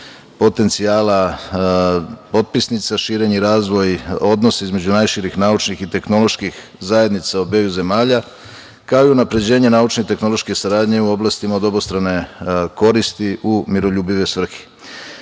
potencijala potpisnica, širenje i razvoj odnosa između najširih naučnih i tehnoloških zajednica obeju zemalja, kao i unapređenje naučne i tehnološke saradnje u oblastima od obostrane koristi u miroljubive svrhe. Glavni